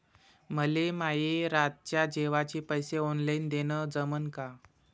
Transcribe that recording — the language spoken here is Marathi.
मले माये रातच्या जेवाचे पैसे ऑनलाईन देणं जमन का?